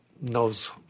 knows